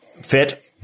fit